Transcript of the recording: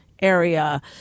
area